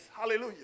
Hallelujah